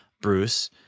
Bruce